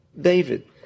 David